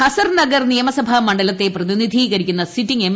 ഹസർനഗർ നിയമസഭാ മണ്ഡലത്തെ പ്രതിനിധീകരിക്കുന്ന സിറ്റിങ് എം